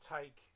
take